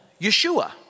Yeshua